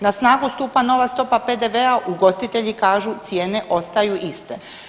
Na snagu stupa nova stopa PDV-a ugostitelji kažu cijene ostaju iste.